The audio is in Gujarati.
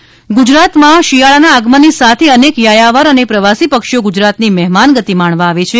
યાયાવર પક્ષી ગુજરાતમાં શિયાળાના આગમનની સાથે અનેક યાયાવર અને પ્રવાસી પક્ષીઓ ગુજરાતની મહેમાનગતિ માણવા આવે છે